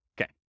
Okay